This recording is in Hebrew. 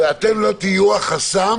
ואתם לא תהיו החסם